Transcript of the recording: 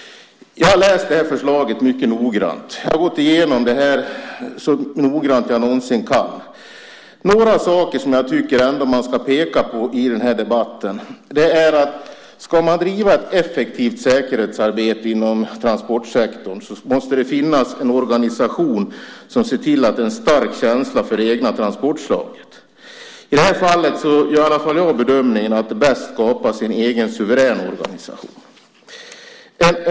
Jag har läst förslaget mycket noggrant. Jag har gått igenom det hela så noggrant jag någonsin kan. En sak som jag tycker att man ska peka på i debatten är att om man ska bedriva ett effektivt säkerhetsarbete inom transportsektorn måste det finnas en organisation som ser till att det finns en stark känsla för det egna transportslaget. I det här fallet gör i alla fall jag bedömningen att det är bäst att man skapar sin egen suveräna organisation.